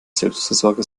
selbstversorger